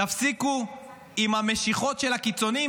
תפסיקו עם המשיכות של הקיצונים,